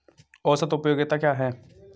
औसत उपयोगिता क्या है?